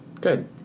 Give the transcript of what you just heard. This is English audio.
Good